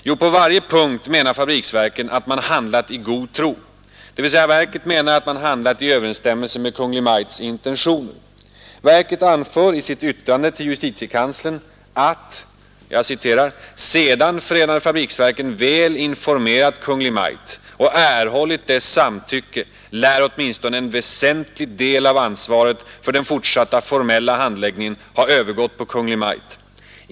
Jo, på varje punkt menar fabriksverken att man handlat i god tro, dvs. verket menar att man handlat i överensstämmelse med Kungl. Maj:ts intentioner. Verket anför i sitt yttrande till JK: ”Sedan FFV väl informerat Kungl. Maj:t och erhållit dess samtycke, lär åtminstone en väsentlig del av ansvaret för den fortsatta formella handläggningen ha övergått på Kungl. Maj:t.